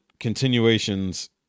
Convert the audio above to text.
continuations